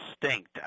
distinct